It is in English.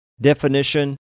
Definition